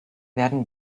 werden